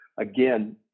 Again